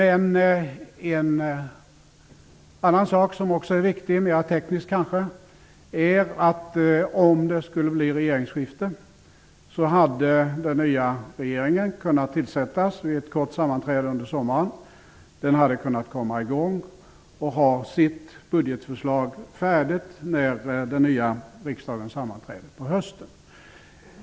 En annan sak som också är viktig, kanske mera på ett tekniskt sätt, är att om det skulle bli regeringsskifte hade den nya regeringen kunnat tillsättas vid ett kort sammanträde under sommaren, och den hade kunnat komma i gång och ha sitt budgetförslag färdigt när den nya riksdagen sammanträder på hösten.